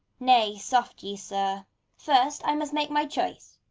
nay, soft ye, sir first i must make my choice,